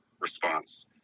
response